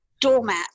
doormat